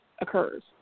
occurs